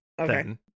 Okay